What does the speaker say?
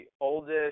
oldest